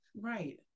right